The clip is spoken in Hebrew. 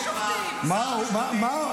הייתה ישיבה השבוע, אבל הם כבר לא שופטים.